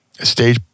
stage